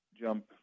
jump